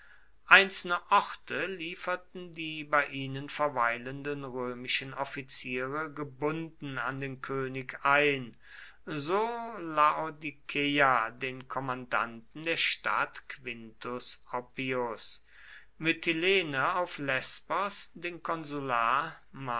einzelne orte lieferten die bei ihnen verweilenden römischen offiziere gebunden an den könig ein so laodikeia den kommandanten der stadt quintus oppius mytilene auf lesbos den konsular